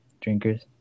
drinkers